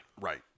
Right